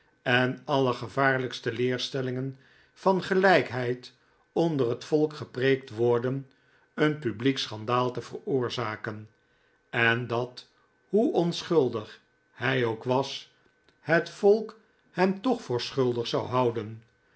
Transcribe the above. en de allergevaarlijkste leerstellingen van gelijkheid onder het volk gepreekt worden een publiek schandaal te veroorzaken en dat hoe onschuldig hij ook was het volk hem toch voor schudig zou houden